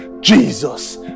Jesus